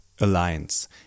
alliance